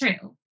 true